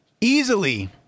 easily